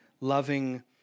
loving